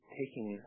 taking